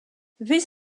this